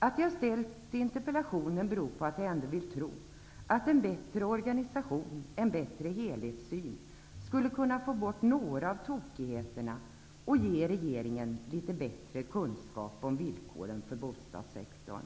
Att jag ställt interpellationen beror på att jag ändå vill tro att en bättre organisation, en bättre helhetssyn skulle kunna få bort några av tokigheterna och ge regeringen litet bättre kunskap om villkoren för bostadssektorn.